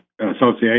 Association